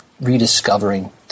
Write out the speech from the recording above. rediscovering